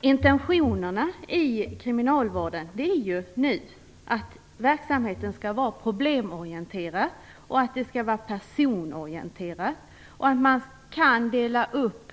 Intentionerna i kriminalvården är nu att verksamheten skall vara problemorienterad och personorienterad och att man kan dela upp